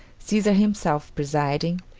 caesar himself presiding,